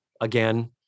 Again